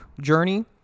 journey